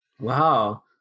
Wow